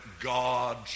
God